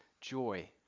joy